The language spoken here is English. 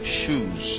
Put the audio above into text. shoes